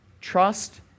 Trust